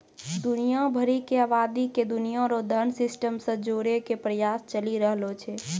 दुनिया भरी के आवादी के दुनिया रो धन सिस्टम से जोड़ेकै प्रयास चली रहलो छै